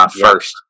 first